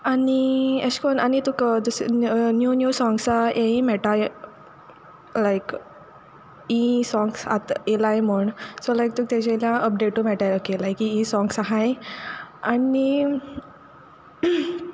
आनी एशें कोन्न आनी तुका दुस नीव नीव साँग्सां हेयी मेयटा लायक हीं साँग्सां आतां येयलाय म्होण सो लायक तुका तेजें वेल्यान अपडेटू मेयटा ओके लायक हीं हीं साँग्स आहाय आनी